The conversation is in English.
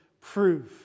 proof